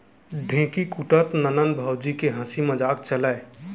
ढेंकी कूटत ननंद भउजी के हांसी मजाक चलय